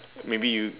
maybe you